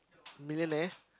millionaire